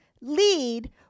lead